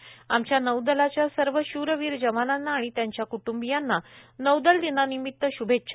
आमच्या नौदलाच्या सर्व शूरवीर जवानांना आणि त्यांच्या क्ट्ंबियांना नौदल दिनानिमित श्भेच्छा